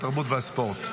התרבות והספורט.